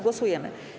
Głosujemy.